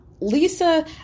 Lisa